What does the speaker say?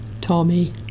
Tommy